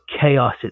chaos